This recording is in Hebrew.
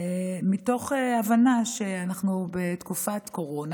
מתוך הבנה שאנחנו בתקופת קורונה,